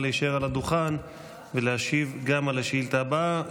להישאר על הדוכן ולהשיב גם על השאילתה הבאה,